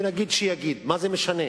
ונגיד שיגיד, מה זה משנה?